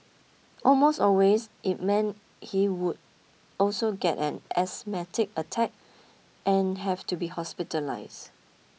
almost always it meant he would also get an asthmatic attack and have to be hospitalised